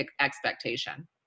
expectation